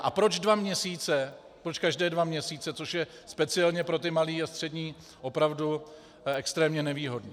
A proč dva měsíce, proč každé dva měsíce, což je speciálně pro ty malé a střední opravdu extrémně nevýhodné.